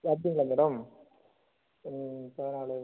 அப்படிங்களா மேடம் ம் பதினாலு